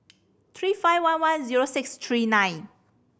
three five one one zero six three nine